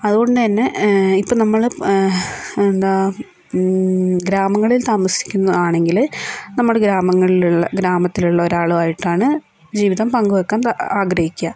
അതുകൊണ്ടു തന്നെ ഇപ്പം നമ്മള് എന്താ ഗ്രാമങ്ങളിൽ താമസിക്കുന്നത് ആണെങ്കില് നമ്മുടെ ഗ്രാമങ്ങളിലുള്ള ഗ്രാമത്തിലുള്ള ഒരാള് ആയിട്ടാണ് ജീവിതം പങ്കുവെയ്ക്കാൻ ആഗ്രഹിക്കുക